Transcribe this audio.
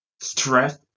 stress